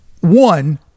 One